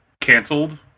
canceled